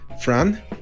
Fran